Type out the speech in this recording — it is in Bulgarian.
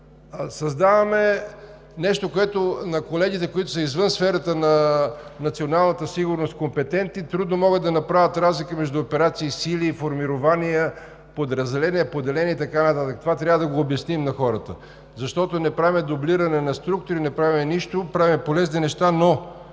Създаваме нещо, което – колегите, които са компетентни извън сферата на националната сигурност, трудно могат да направят разлика между операции, сили, формирования, подразделения, поделения и така нататък. Това трябва да го обясним на хората, защото не правим дублиране на структури, не правим нищо, правим полезни неща.